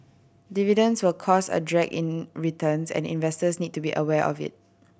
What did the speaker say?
dividends will cause a drag in returns and investors need to be aware of it